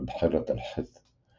ו"בחירת אל-ח'יט".